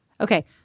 Okay